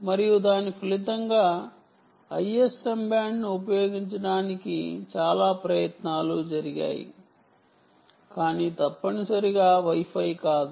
మరియు దాని ఫలితంగా ISM బ్యాండ్ను ఉపయోగించటానికి చాలా ప్రయత్నాలు జరిగాయి కాని తప్పనిసరిగా Wi Fi కాదు